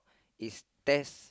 it's test